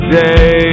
day